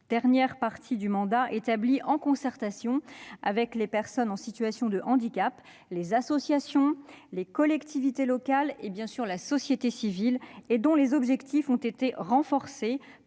dernière partie du mandat, établie en concertation avec les personnes en situation de handicap, les associations, les collectivités locales et, bien sûr, la société civile et dont les objectifs ont été renforcés